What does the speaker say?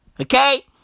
Okay